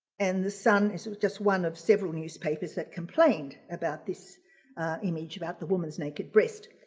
and the sun is just one of several newspapers that complained about this image. about the woman's naked breast.